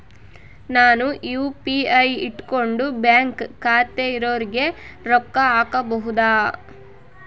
ನಾನು ಯು.ಪಿ.ಐ ಇಟ್ಕೊಂಡು ಬ್ಯಾಂಕ್ ಖಾತೆ ಇರೊರಿಗೆ ರೊಕ್ಕ ಹಾಕಬಹುದಾ?